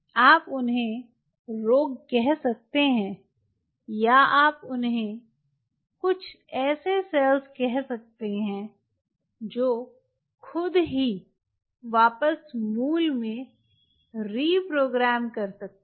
आप उन्हें बदमाश कह सकते हैं या आप उन्हें कुछ ऐसे सेल्स कह सकते हैं जो खुद ही वापस मूल में रिप्रोग्राम कर सकते हैं